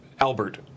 Albert